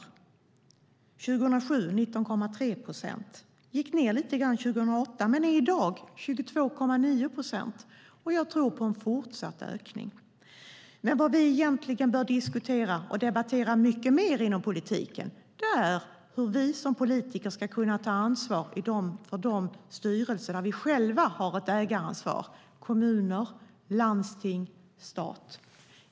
År 2007 var siffran 19,3 procent. Den gick ned lite grann 2008 men är i dag 22,9 procent. Jag tror på en fortsatt ökning. Vad vi egentligen bör diskutera och debattera inom politiken är dock hur vi som politiker ska kunna ta ansvar för de styrelser där vi själva har ett ägaransvar - kommuner, landsting och stat.